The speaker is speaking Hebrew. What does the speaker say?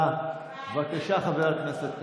בבקשה, חבר הכנסת טייב.